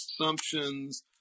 assumptions